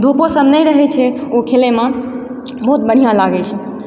धूपो सब नहि रहय छै उ खेलयमे बहुत बढ़िआँ लागय छै